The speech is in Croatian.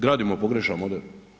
Gradimo pogrešan model.